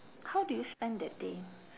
how do you spend that day